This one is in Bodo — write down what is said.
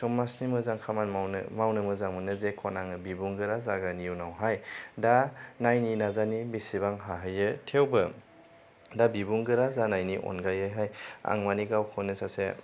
समाजनि मोजां खामानि मावनो मावनो मोजां जेखन आङो बिबुंगोरा जागोन इयुनावहाय दा नायनि नाजानि बिसिबां हाहैयो थेयावबो दा बिबुंगोरा जानायनि अनगायैहाय आं माने गावखौनो सासे